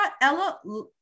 ella